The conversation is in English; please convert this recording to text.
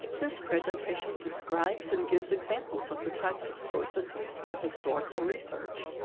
this presentation describes and gives examples of the types of sources used in historical research.